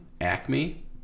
Acme